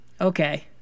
Okay